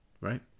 right